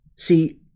See